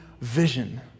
vision